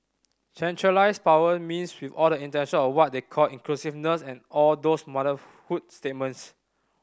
centralised power means with all the intention of what they call inclusiveness and all those motherhood statements